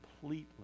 completely